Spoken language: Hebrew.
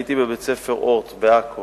הייתי בבית-ספר "אורט" בעכו